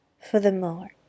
Furthermore